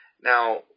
Now